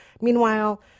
Meanwhile